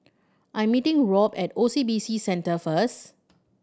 I'm meeting Robb at O C B C Centre first